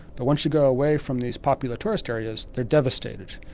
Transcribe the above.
but once you go away from these popular tourist areas they're devastated.